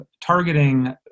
targeting